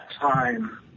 time